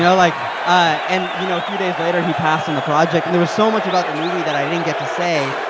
know? like and, you know, a few days later, he passed on the project. and there was so much about the movie that i didn't get to say.